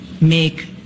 make